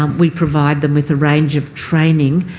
um we provide them with a range of training.